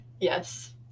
Yes